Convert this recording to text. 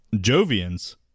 Jovians